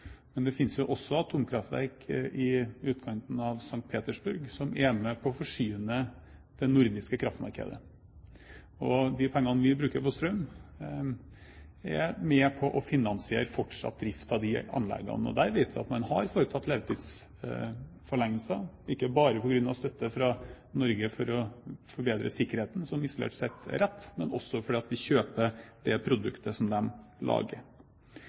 utkanten av St. Petersburg, som er med på å forsyne det nordiske kraftmarkedet. De pengene vi bruker på strøm, er med på å finansiere fortsatt drift av de anleggene. Jeg vet at man der har forlenget levetiden, ikke bare på grunn av støtten fra Norge for å forbedre sikkerheten – som visselig er rett – men også fordi vi kjøper det produktet som de lager.